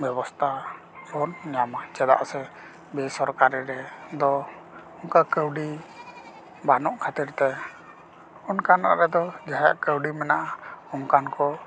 ᱵᱮᱵᱚᱥᱛᱟ ᱵᱚᱱ ᱧᱟᱢᱟ ᱪᱮᱫᱟᱜ ᱥᱮ ᱵᱮᱥᱚᱨᱠᱟᱨᱤ ᱨᱮ ᱫᱚ ᱚᱱᱠᱟ ᱠᱟᱹᱣᱰᱤ ᱵᱟᱹᱱᱩᱜ ᱠᱷᱟᱹᱛᱤᱨ ᱛᱮ ᱚᱱᱠᱟᱱᱟᱜ ᱨᱮᱫᱚ ᱡᱟᱦᱟᱸᱭᱟᱜ ᱠᱟᱹᱣᱰᱤ ᱢᱮᱱᱟᱜᱼᱟ ᱚᱱᱠᱟᱱ ᱠᱚ